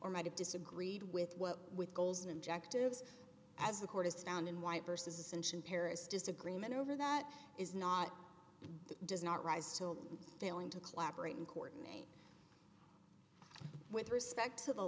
or might have disagreed with what with goals and objectives as the court has found in white versus ascension paris disagreement over that is not does not rise to old failing to collaborate and courtney with respect to the